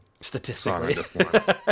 Statistically